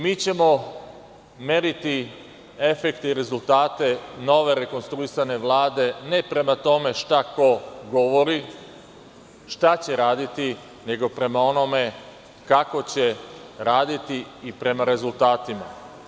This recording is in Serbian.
Mi ćemo meriti efekte i rezultate nove rekonstruisane Vlade ne prema tome šta ko govori šta će raditi, nego prema onome kako će raditi i prema rezultatima.